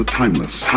Timeless